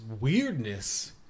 weirdness